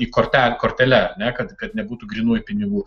į kortelę kortele ar ne kad kad nebūtų grynųjų pinigų